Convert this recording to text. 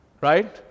right